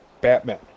Batman